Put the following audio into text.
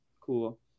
cool